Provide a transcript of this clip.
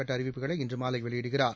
கட்ட அறிவிப்புகளை இன்று மாலை வெளியிடுகிறார்